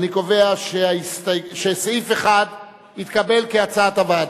אני קובע שסעיף 1 התקבל כהצעת הוועדה.